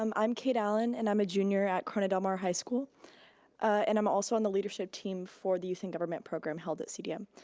um i'm kate allen and i'm a junior at corona del mar high school and i'm also on the leadership team for the youth in government program held at cdm.